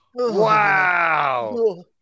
Wow